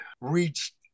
reached